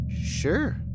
Sure